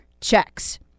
checks